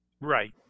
Right